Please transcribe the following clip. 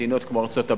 מדינות כמו ארצות-הברית,